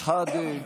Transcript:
שחאדה,